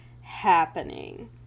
happening